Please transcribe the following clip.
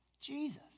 Jesus